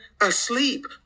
asleep